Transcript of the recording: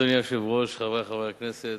אדוני היושב-ראש, חברי חברי הכנסת,